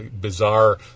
bizarre